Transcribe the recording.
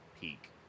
peak